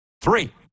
Three